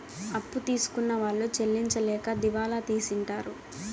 అప్పు తీసుకున్న వాళ్ళు చెల్లించలేక దివాళా తీసింటారు